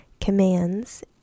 commands